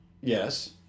Yes